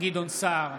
גדעון סער,